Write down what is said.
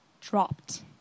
dropped